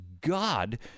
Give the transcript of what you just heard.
God